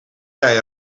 jij